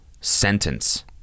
sentence